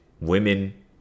women